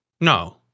No